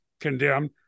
condemned